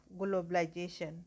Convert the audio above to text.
globalization